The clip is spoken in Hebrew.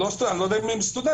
אני לא יודע אם הם סטודנטים,